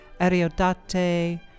ariodate